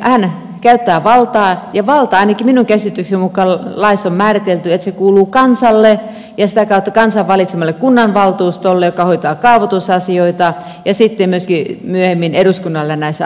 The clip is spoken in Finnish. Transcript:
hän käyttää valtaa ja ainakin minun käsitykseni mukaan laissa on määritelty että valta kuuluu kansalle ja sitä kautta kansan valitsemalle kunnanvaltuustolle joka hoitaa kaavoitusasioita ja sitten myöskin myöhemmin eduskunnalle näissä asioissa